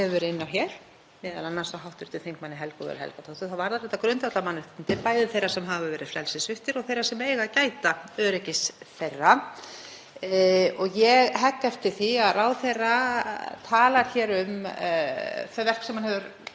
Ég hegg eftir því að ráðherra talar um þau verk sem hann hyggst leggja á borðið í þessari vinnu. Ég veit að ráðherra hefur áhuga á þessum málaflokki og trúi því að hann muni láta til sín taka þar.